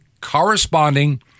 corresponding